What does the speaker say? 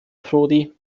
prodi